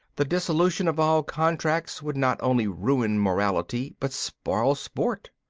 the dissolution of all contracts would not only ruin morality but spoil sport.